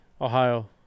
Ohio